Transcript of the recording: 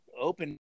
open